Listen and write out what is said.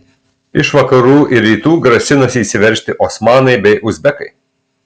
iš vakarų ir rytų grasinasi įsiveržti osmanai bei uzbekai